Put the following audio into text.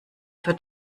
für